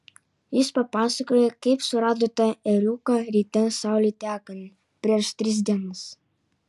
jis papasakojo kaip surado tą ėriuką ryte saulei tekant prieš tris dienas